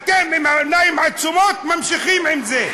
אתם בעיניים עצומות ממשיכים עם זה.